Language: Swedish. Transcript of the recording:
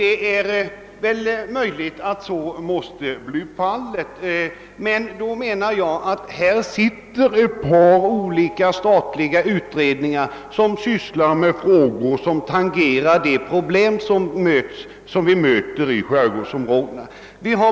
Det är möjligt att så måste bli fallet, men det finns ett par statliga utredningar som sysslar med frågor som tangerar de problem vi möter i skärgårdsområdena.